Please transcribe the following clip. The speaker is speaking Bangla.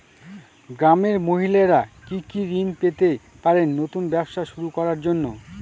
গ্রামের মহিলারা কি কি ঋণ পেতে পারেন নতুন ব্যবসা শুরু করার জন্য?